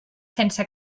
sense